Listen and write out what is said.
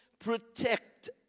Protect